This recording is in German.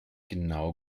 genau